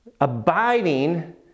abiding